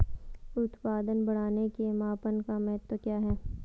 उत्पादन बढ़ाने के मापन का महत्व क्या है?